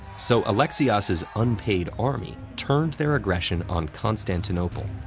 so alexios's unpaid army turned their aggression on constantinople.